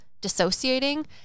dissociating